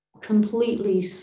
completely